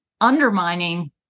undermining